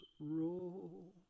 roll